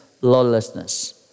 lawlessness